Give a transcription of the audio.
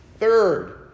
Third